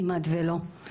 כמעט ולא,